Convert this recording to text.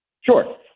Sure